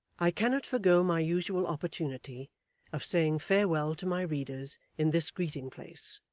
i cannot forego my usual opportunity of saying farewell to my readers in this greeting-place,